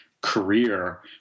career